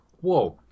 whoa